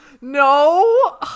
No